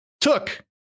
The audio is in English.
took